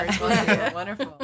Wonderful